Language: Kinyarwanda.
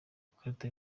ikarita